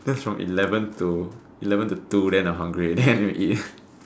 starts from eleven to eleven to two then I hungry already then I eat